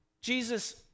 Jesus